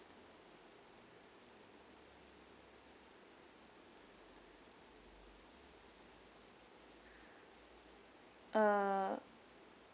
uh